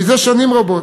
מזה שנים רבות.